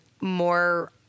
more